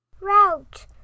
route